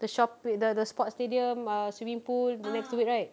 the shoppi~ the the sports stadium the swimming pool the next to it right